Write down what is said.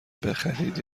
بخرید